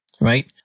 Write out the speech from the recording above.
right